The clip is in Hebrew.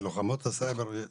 מלוחמות הסייבר רק 15%?